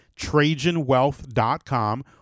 Trajanwealth.com